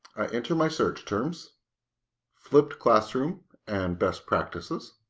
i enter my search terms flipped classroom and best practices